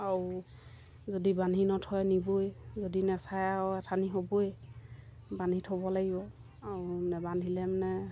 আৰু যদি বান্ধি নথয় নিবই যদি নেচাই আৰু এথানি হ'বই বান্ধি থ'ব লাগিব আৰু নেবান্ধিলে মানে